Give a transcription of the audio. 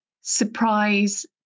surprise